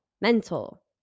mental